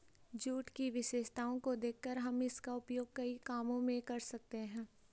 jute की विशेषताओं को देखकर हम इसका उपयोग कई कामों में कर सकते हैं